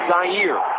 Zaire